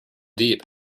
deep